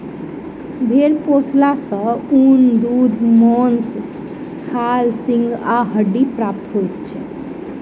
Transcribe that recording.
भेंड़ पोसला सॅ ऊन, दूध, मौंस, खाल, सींग आ हड्डी प्राप्त होइत छै